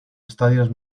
estadios